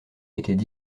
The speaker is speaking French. étaient